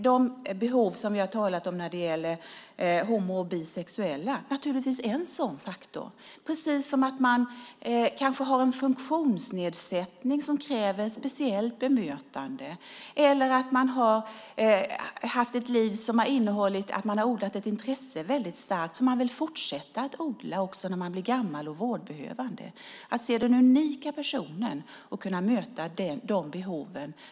De behov som vi har talat om när det gäller homo och bisexuella är naturligtvis en sådan faktor, precis som att man kanske har en funktionsnedsättning som kräver speciellt bemötande eller att man i sitt liv har odlat ett intresse väldigt starkt som man vill fortsätta att odla också när man blir gammal och vårdbehövande. Det gäller att se den unika personen och kunna möta de behoven.